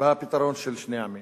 בפתרון של שני עמים.